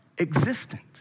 existent